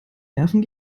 nerven